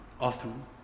Often